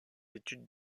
études